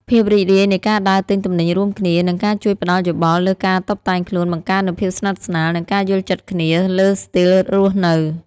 ភាពរីករាយនៃការដើរទិញទំនិញរួមគ្នា និងការជួយផ្ដល់យោបល់លើការតុបតែងខ្លួន បង្កើននូវភាពស្និទ្ធស្នាល និងការយល់ចិត្តគ្នាលើស្ទីលរស់នៅ។